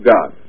God